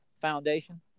Foundation